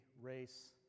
race